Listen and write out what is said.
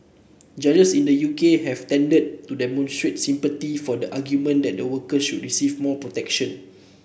judges in the U K have tended to demonstrate sympathy for the argument that the worker should receive more protection